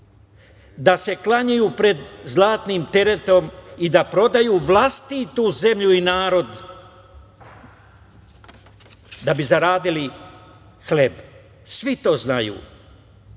da se klanjaju pred zlatnim teletom i da prodaju vlastitu zemlju i narod da bi zaradili hleb, svi to znaju.